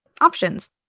Options